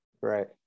Right